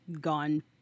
gone